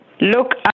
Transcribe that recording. Look